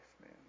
man